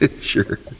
sure